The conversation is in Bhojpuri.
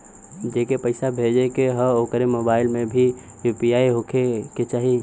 जेके पैसा भेजे के ह ओकरे मोबाइल मे भी यू.पी.आई होखे के चाही?